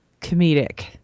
comedic